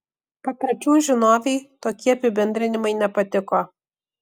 papročių žinovei tokie apibendrinimai nepatiko